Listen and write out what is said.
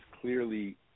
clearly